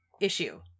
issue